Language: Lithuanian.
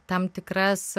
tam tikras